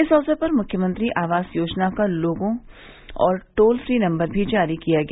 इस अवसर पर मुख्यमंत्री आवास योजना का लोगो और टोल फ्री नम्बर भी जारी किया गया